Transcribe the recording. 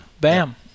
Bam